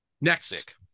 Next